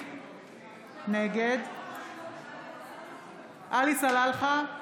נגד עלי סלאלחה,